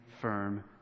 firm